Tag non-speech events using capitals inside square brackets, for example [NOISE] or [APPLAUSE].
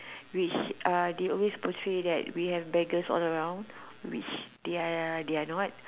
[BREATH] which uh they always portray that we have beggars all around which [BREATH] they are they are not